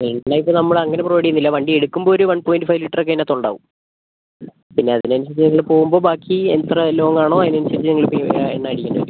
എണ്ണ ഇപ്പോൾ നമ്മൾ അങ്ങനെ പ്രൊവൈഡ് ചെയ്യുന്നില്ല വണ്ടി എടുക്കുമ്പോൾ ഒരു വൺ പോയിന്റ് ഫൈവ് ലിറ്റർ ഒക്കെ അതിനകത്ത് ഉണ്ടാവും പിന്നെ അതിനനുസരിച്ച് നിങ്ങൾ പോവുമ്പോൾ ബാക്കി എത്ര ലോങ്ങ് ആണോ അതിനനുസരിച്ച് നിങ്ങൾ എണ്ണ അടിക്കേണ്ടി വരും